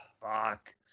Fuck